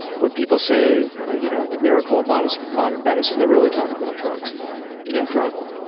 when people say you know the miracle of modern modern medicine, they're really talking about drugs yeah incredible.